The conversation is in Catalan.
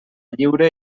lliure